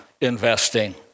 investing